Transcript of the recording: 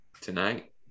tonight